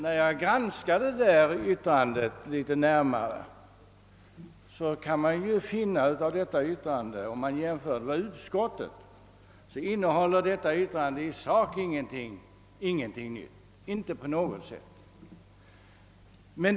När man granskar det litet närmare och jämför det med utskottets skrivning finner man att det i sak inte innehåller någonting nytt.